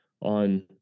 on